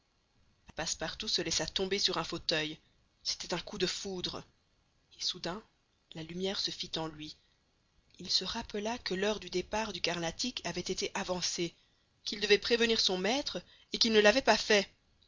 passepartout se laissa tomber sur un fauteuil c'était un coup de foudre et soudain la lumière se fit en lui il se rappela que l'heure du départ du carnatic avait été avancée qu'il devait prévenir son maître et qu'il ne l'avait pas fait